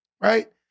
right